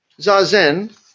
Zazen